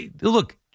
Look